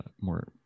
more